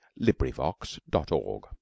LibriVox.org